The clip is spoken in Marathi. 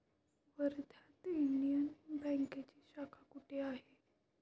वर्ध्यात इंडियन बँकेची शाखा कुठे आहे?